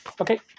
Okay